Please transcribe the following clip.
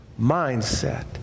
mindset